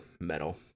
metal